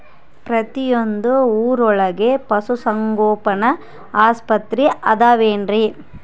ಪ್ರತಿಯೊಂದು ಊರೊಳಗೆ ಪಶುಸಂಗೋಪನೆ ಆಸ್ಪತ್ರೆ ಅದವೇನ್ರಿ?